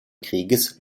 krieges